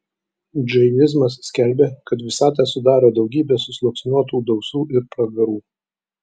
džainizmas skelbė kad visatą sudaro daugybė susluoksniuotų dausų ir pragarų